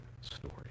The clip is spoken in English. story